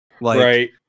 right